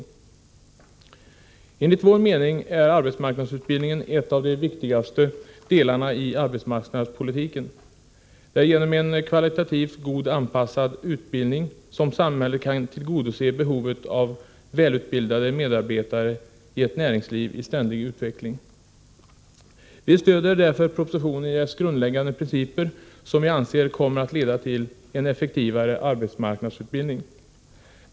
17 december 1984 Enligt vår mening är arbetsmarknadsutbildningen en av de viktigaste delarna i arbetsmarknadspolitiken. Det är genom en kvalitativt god, Ny organisation för anpassad utbildning som samhället kan tillgodose behovet av välutbildade AMU medarbetare i ett näringsliv i ständig utveckling. Vi stöder därför propositionens grundläggande principer, som vi anser kommer att leda till en effektivare arbetsmarknadsutbildning.